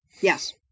Yes